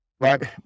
Right